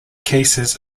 cases